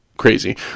crazy